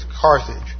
Carthage